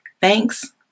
Thanks